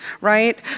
right